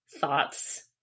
thoughts